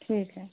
ठीक है